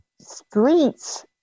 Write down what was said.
streets